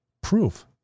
proof